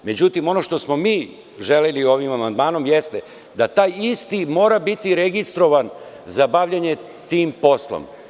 Ono što smo mi želeli ovim amandmanom jeste da taj isti mora biti registrovan za bavljenje tim poslom.